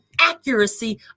accuracy